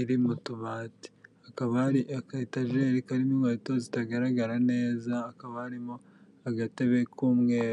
iri mu tubati, hakaba hari akatajeri karimo inkweto zitagaragara neza hakaba arimo agatebe k'umweru.